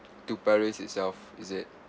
to paris itself is it